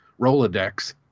Rolodex